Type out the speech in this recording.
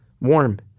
warm